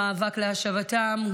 המאבק להשבתם,